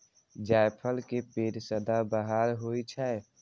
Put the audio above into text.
जायफल के पेड़ सदाबहार होइ छै